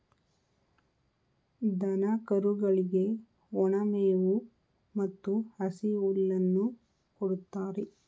ದನ ಕರುಗಳಿಗೆ ಒಣ ಮೇವು ಮತ್ತು ಹಸಿ ಹುಲ್ಲನ್ನು ಕೊಡುತ್ತಾರೆ